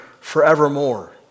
forevermore